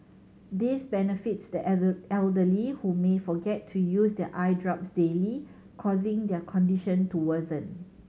this benefits the elder elderly who may forget to use their eye drops daily causing their condition to worsen